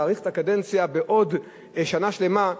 להאריך את הקדנציה בעוד שנה שלמה,